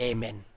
Amen